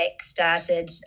started